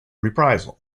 reprisal